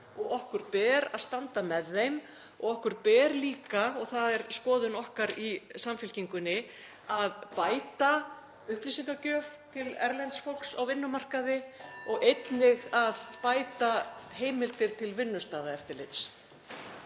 og okkur ber að standa með þeim og okkur ber líka, og það er skoðun okkar í Samfylkingunni, að bæta upplýsingagjöf til erlends fólks á vinnumarkaði og einnig að bæta heimildir til vinnustaðaeftirlits.